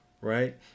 right